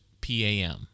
pam